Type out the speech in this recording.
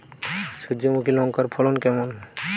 সূর্যমুখী লঙ্কার ফলন কেমন?